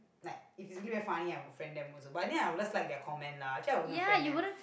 like if you really very funny I would friend them also but I think I will just like their comment lah actually I would not friend them